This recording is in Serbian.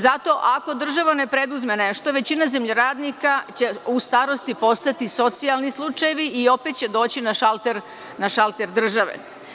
Zato, ako država ne preduzme nešto, većina zemljoradnika će u starosti postati socijalni slučajevi i opet će doći na šalter države.